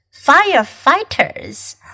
Firefighters